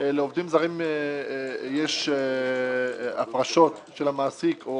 לעובדים זרים יש הפרשות של המעסיק או